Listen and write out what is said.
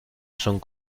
son